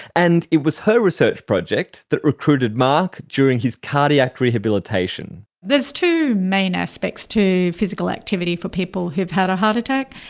and it was her research project that recruited mark during his cardiac rehabilitation. there's two main aspects to physical activity for people who have had a heart attack,